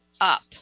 up